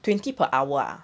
twenty per hour ah